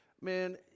man